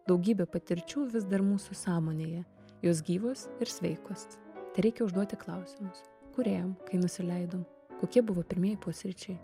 daugybę patirčių vis dar mūsų sąmonėje jos gyvos ir sveikos tereikia užduoti klausimus kur ėjom kai nusileidom kokie buvo pirmieji pusryčiai